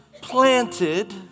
planted